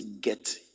get